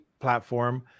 platform